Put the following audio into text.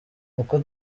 uko